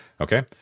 Okay